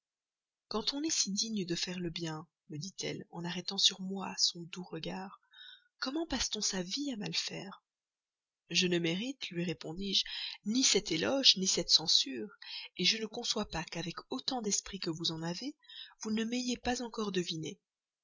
quand on est si digne de faire le bien me dit-elle en arrêtant sur moi son doux regard comment passe t on sa vie à mal faire je ne mérite lui répondis-je ni cet éloge ni cette censure je ne conçois pas qu'avec autant d'esprit que vous en avez vous ne m'ayez pas encore deviné